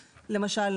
למשל,